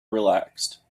relaxed